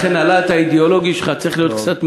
לכן הלהט האידיאולוגי שלך צריך להיות קצת מרוסן.